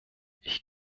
ich